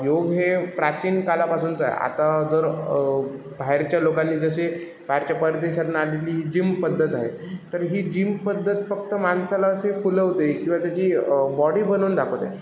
योग हे प्राचीन कालापासूनच आहे आता जर बाहेरच्या लोकांनी जसे बाहेरच्या परदेशातनं आणलेली जिम पद्धत आहे तर ही जिम पद्धत फक्त माणसाला असे फुलवते किंवा त्याची बॉडी बनवून दाखवते